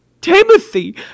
Timothy